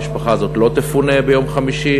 המשפחה הזאת לא תפונה ביום חמישי.